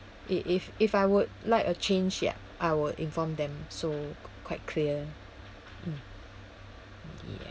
if if if I would like a change ya I will inform them so quite clear mm ya